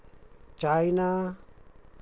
China